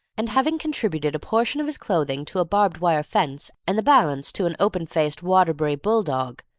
and having contributed a portion of his clothing to a barbed-wire fence and the balance to an open-faced waterbury bull-dog,